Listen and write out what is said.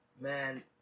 man